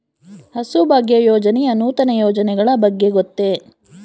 ಹಸುಭಾಗ್ಯ ಯೋಜನೆಯ ನೂತನ ಯೋಜನೆಗಳ ಬಗ್ಗೆ ಗೊತ್ತೇ?